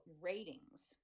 ratings